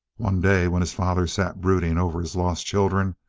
one day, when his father sat brooding over his lost children,